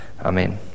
Amen